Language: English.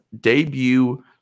debut